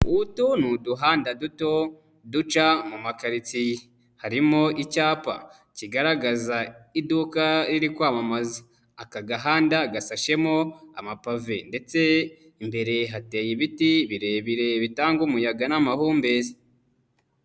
Utu ni uduhanda duto duca mu makaritsiye, harimo icyapa kigaragaza iduka riri kwamamaza, aka gahanda gasashemo amapave ndetse imbere hateye ibiti birebire bitanga umuyaga n'amahumbezi.